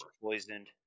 Poisoned